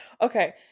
okay